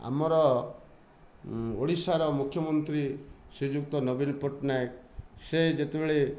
ଆମର ଓଡ଼ିଶାର ମୁଖ୍ୟମନ୍ତ୍ରୀ ଶ୍ରୀଯୁକ୍ତ ନବୀନ ପଟ୍ଟନାୟକ ସେ ଯେତେବେଳେ